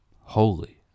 Holy